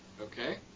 Okay